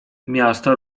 miasto